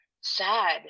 sad